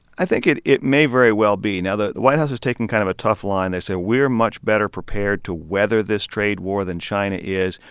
i think it it may very well be. now, the white house has taken kind of a tough line. they say, we're much better prepared to weather this trade war than china is.